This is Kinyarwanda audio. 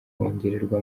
kongererwa